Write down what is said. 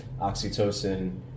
oxytocin